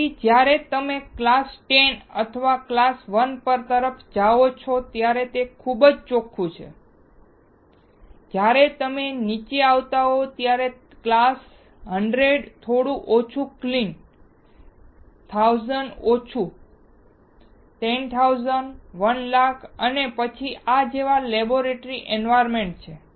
તેથી જ્યારે તમે ક્લાસ 10 અથવા ક્લાસ 1 તરફ જાઓ છો ત્યારે આ ખૂબ જ ચોખ્ખું છે જ્યારે તમે નીચે આવતા હોવ ત્યારે ક્લાસ 100 થોડું ઓછું ક્લીન 1000 થોડું ઓછું 10000 100000 અને પછી આ જેવા લેબોરેટરી એન્વાયરમેન્ટ છે